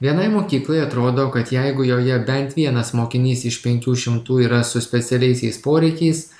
vienai mokyklai atrodo kad jeigu joje bent vienas mokinys iš penkių šimtų yra su specialiaisiais poreikiais